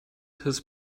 his